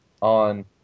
on